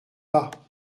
pas